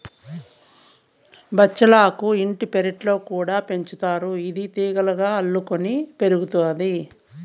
బచ్చలాకు ఇంటి పెరట్లో కూడా పెంచుతారు, ఇది తీగలుగా అల్లుకొని పెరుగుతాది